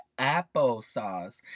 applesauce